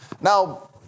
Now